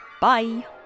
bye